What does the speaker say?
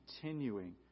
continuing